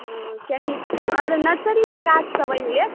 हूँ कियै कि आरे नर्सरी सॅं गाछ सब आनि लेब